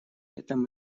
этом